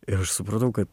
ir aš supratau kad